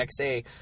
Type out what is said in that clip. XA